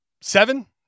seven